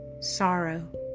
sorrow